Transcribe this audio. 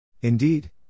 Indeed